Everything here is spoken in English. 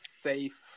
safe